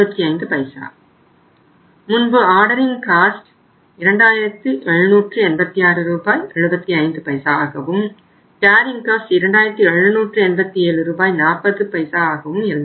40 ஆகவும் இருந்தன